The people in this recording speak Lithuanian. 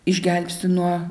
išgelbsti nuo